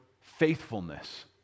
faithfulness